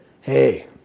hey